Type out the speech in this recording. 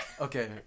Okay